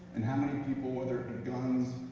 and how people, whether it be guns,